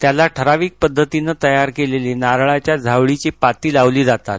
त्याला ठरावीक पद्धतीनं तयार केलेली नारळाच्या झावळीची पाती लावली जातात